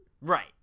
Right